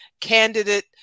candidate